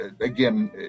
again